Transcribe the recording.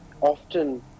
often